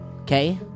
Okay